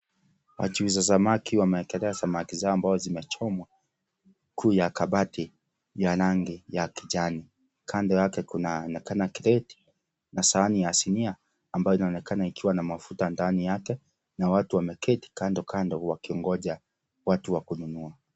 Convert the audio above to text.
Wachuuzi samaki wamewekelea samaki zao ambazo zimechomwa juu ya kabati ya rangi ya kijani. Kando yake kunaonekana kreti na sahani ya sinia, ambayo inaonekana ikiwa na mafuta ndani yake. Na watu wameketi kandokando wakingoja watu wa kununua.